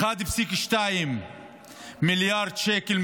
ו-1.2 מיליארד שקל,